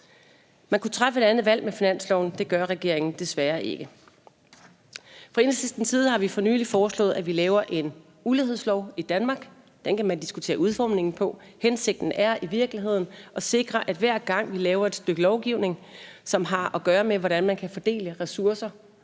Man kunne træffe et andet valg med finansloven. Det gør regeringen desværre ikke. Fra Enhedslistens side har vi for nylig foreslået, at vi laver en ulighedslov i Danmark. Den kan man diskutere udformningen af. Hensigten er i virkeligheden at sikre, at hver gang vi laver et stykke lovgivning, som har gøre med, hvordan man kan fordele ressourcer